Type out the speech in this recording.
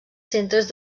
centres